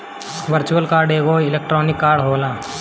virtual card एगो electronic card होला